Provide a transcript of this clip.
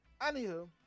Anywho